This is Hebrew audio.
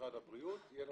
ממשרד הבריאות תהיה הסמכות.